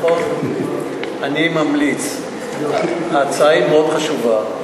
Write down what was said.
ההצעה היא מאוד חשובה,